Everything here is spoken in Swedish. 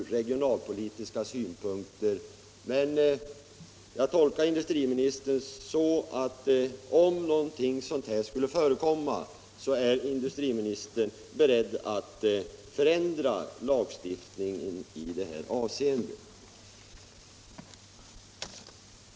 Jag tolkar emellertid industriministerns uttalande så, att om någonting sådant skulle förekomma är industriministern beredd att föreslå en ändring av lagstiftningen i detta avseende.